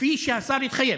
כפי שהשר התחייב.